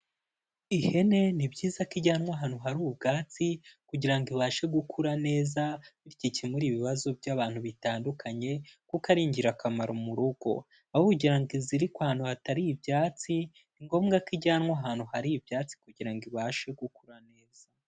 Ihene ni byiza ko ijyanwa ahantu hari ubwatsi kugira ngo ibashe gukura neza bityo ikemure ibibazo by'abantu bitandukanye kuko ari ingirakamaro mu rugo, aho kugira ngo izirikwe ahantu hatari ibyatsi, ni ngombwa ko ijyanwa ahantu hari ibyatsi kugira ngo ibashe gukura neza.